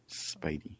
Spidey